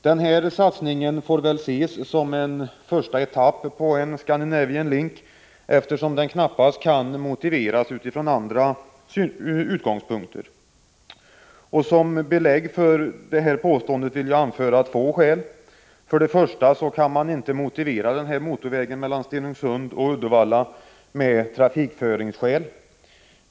Den satsningen får ses som en första etapp på en Scandinavian Link, eftersom den knappast kan motiveras utifrån andra utgångspunkter. Som belägg för detta påstående vill jag anföra två skäl. För det första kan man inte motivera motorvägen mellan Stenungsund och Uddevalla med trafikföringsskäl.